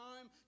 time